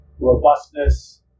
robustness